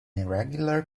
irregular